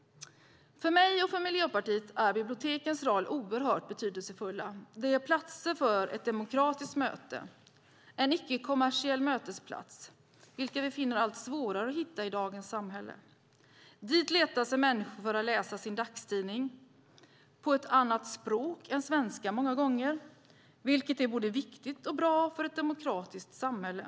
För mig och Miljöpartiet är biblioteken oerhört betydelsefulla. De är platser för ett demokratiskt möte - icke-kommersiella mötesplatser som vi finner att det är allt svårare att hitta i dagens samhälle. Till biblioteket letar sig människor för att läsa sin dagstidning, många gånger på ett annat språk än svenska. Detta är både viktigt och bra för ett demokratiskt samhälle.